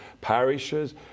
parishes